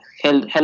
health